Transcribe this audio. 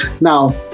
Now